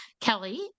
Kelly